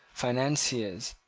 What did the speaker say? financiers,